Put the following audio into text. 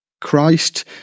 Christ